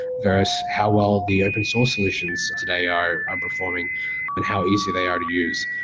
versus how well the open source solutions today are are performing and how easy they are to use.